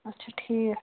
اَچھا ٹھیٖک